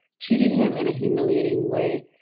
treated him in a humiliating way,